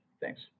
Thanks